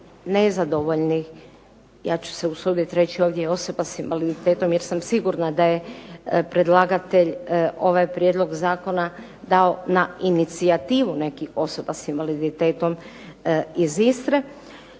nezadovoljnih, ja ću se usuditi reći ovdje osoba sa invaliditetom jer sam sigurna da je predlagatelj ovaj prijedlog zakona dao na inicijativu nekih osoba sa invaliditetom iz Istre.